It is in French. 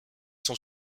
son